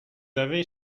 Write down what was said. avez